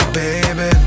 baby